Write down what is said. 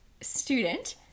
student